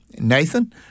Nathan